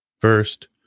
First